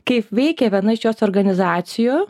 kaip veikia viena iš jos organizacijų